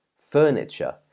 Furniture